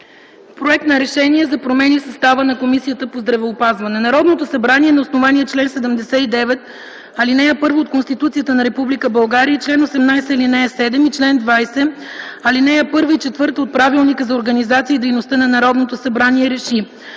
„Проект за РЕШЕНИЕ за промяна в състава на Комисията по здравеопазването Народното събрание на основание чл. 79, ал. 1 от Конституцията на Република България и чл. 18, ал. 7 и чл. 20, ал. 1 и 4 от Правилника за организацията и дейността на Народното събрание РЕШИ: